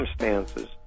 circumstances